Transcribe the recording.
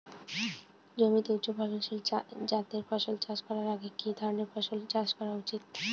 জমিতে উচ্চফলনশীল জাতের ফসল চাষ করার আগে কি ধরণের ফসল চাষ করা উচিৎ?